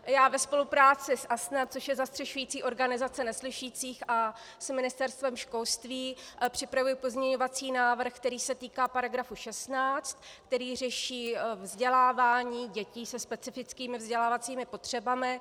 Já ve spolupráci s ASN, což je zastřešující organizace neslyšících, a s Ministerstvem školství připravuji pozměňovací návrh, který se týká § 16, který řeší vzdělávání dětí se specifickými vzdělávacími potřebami.